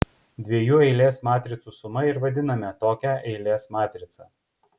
dviejų eilės matricų suma ir vadiname tokią eilės matricą